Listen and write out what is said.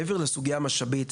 מעבר לסוגיית המשאבים,